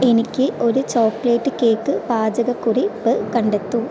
എനിക്ക് ഒരു chocolate cake പാചക കുറിപ്പ് കണ്ടെത്തൂ